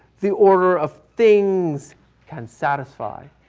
the order of things can satisfy.